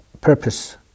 purpose